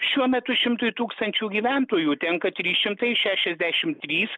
šiuo metu šimtui tūkstančių gyventojų tenka trys šimtai šešiasdešimt trys